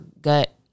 gut